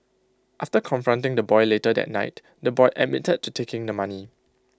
after confronting the boy later that night the boy admitted to taking the money